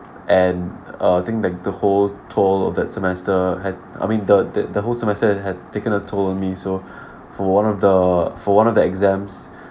and uh I think like the whole toll of that semester had I mean the the whole semester had had taken a toll on me so for one of the for one of the exams